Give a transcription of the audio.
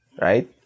Right